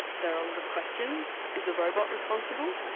there are a lot of questions. is the robot responsible?